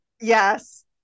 Yes